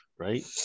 right